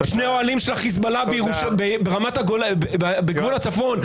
שני האוהלים של החיזבאללה בגבול הצפון,